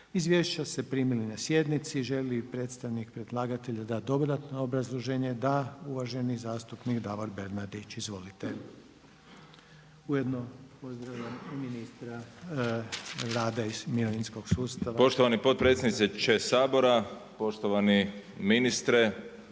Izvješća ste primili na sjednici. Želi li predstavnik predlagatelj dati dodatno obrazloženje? Da. Uvaženi zastupnik DAvor BErnardić. Izvolite. Ujedno pozdravljam ministra rada i mirovinskog sustava. **Bernardić, Davor (SDP)** Poštovani potpredsjedniče Sabora, poštovani ministre,